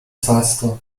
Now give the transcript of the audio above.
zaster